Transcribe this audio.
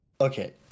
okay